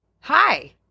hi